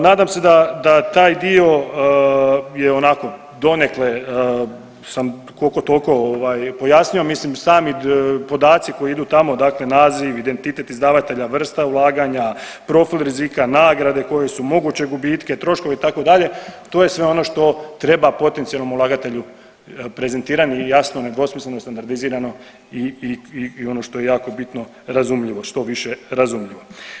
Nadam se da, da taj dio je onako donekle sam kolko tolko ovaj pojasnio, mislim sami podaci koji idu tamo dakle naziv, identitet izdavatelja, vrsta ulaganja, profil rizika, nagrade koje su, moguće gubitke, troškove itd., to je sve ono što treba potencijalnom ulagatelju prezentirati i jasno i nedvosmisleno standardizirano i ono što je jako bitno razumljivo, što više razumljivo.